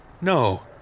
No